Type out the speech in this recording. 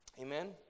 Amen